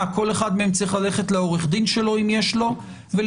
כל אחד מהם צריך ללכת לעורך דין שלו אם יש לו ולשאול?